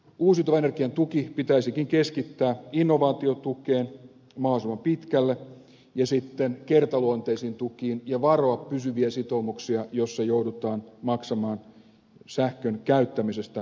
uusiutuvan energian tuki pitäisikin keskittää innovaatiotukeen mahdollisimman pitkälle ja sitten kertaluonteisiin tukiin ja varoa pysyviä sitoumuksia joissa joudutaan maksamaan sähkön käyttämisestä tukirahoja